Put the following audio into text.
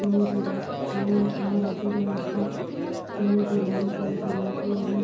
କେଉଁ ଜିଲ୍ଲା କେଉଁ ଆମ ରାଜ୍ୟର ରାସ୍ତା କେଉଁ ଜିଲ୍ଲାରୁ କେଉଁ ଜିଲ୍ଲାକୁ ଏବଂ